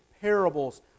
parables